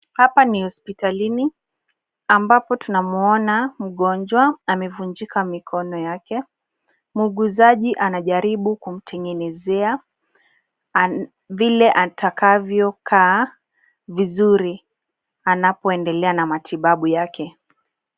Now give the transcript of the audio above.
Hapa ni hospitalini ambapo tunamwona mgonjwa amevunjika mikono yake, muuguzaji anajaribu kumtengenezea vile atakavyokaa vizuri anapoendelea na matibabu yake.